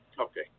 Okay